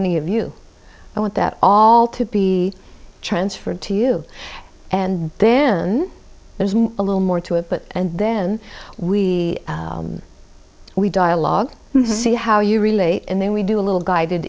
any of you i want that all to be transferred to you and then there's a little more to it but and then we we dialogue see how you relate and then we do a little guided